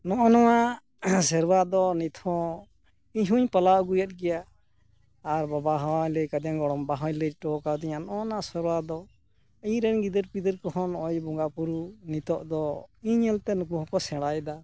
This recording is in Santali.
ᱱᱚᱜᱼᱚ ᱱᱚᱣᱟ ᱥᱮᱨᱣᱟ ᱫᱚ ᱱᱤᱛᱦᱚᱸ ᱤᱧᱦᱚᱧ ᱯᱟᱞᱟᱣ ᱟᱹᱜᱩᱭᱮᱫ ᱜᱮᱭᱟ ᱟᱨ ᱵᱟᱵᱟ ᱦᱚᱸ ᱞᱟᱹᱭ ᱠᱟᱣᱫᱤᱧᱟ ᱜᱚᱲᱚᱢᱵᱟ ᱦᱚᱸᱭ ᱞᱟᱹᱭᱴᱚᱣ ᱠᱟᱣᱫᱤᱧᱟᱹ ᱱᱚᱜᱼᱚ ᱱᱟ ᱥᱮᱨᱣᱟ ᱫᱚ ᱤᱧᱨᱮᱱ ᱜᱤᱫᱟᱹᱨ ᱯᱤᱫᱟᱹᱨ ᱠᱚᱦᱚᱸ ᱱᱚᱜᱼᱚᱭ ᱵᱚᱸᱜᱟ ᱵᱩᱨᱩ ᱱᱤᱛᱚᱜ ᱫᱚ ᱤᱧ ᱧᱮᱞᱛᱮ ᱱᱩᱠᱩ ᱦᱚᱸᱠᱚ ᱥᱮᱬᱟᱭᱮᱫᱟ